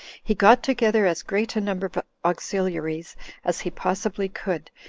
he got together as great a number of auxiliaries as he possibly could,